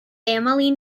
family